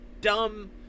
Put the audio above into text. dumb